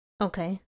Okay